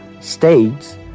States